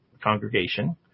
congregation